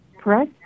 press